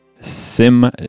Sim